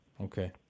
Okay